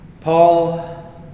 Paul